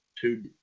Two